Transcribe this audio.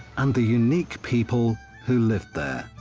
and the unique people who lived there.